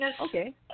Okay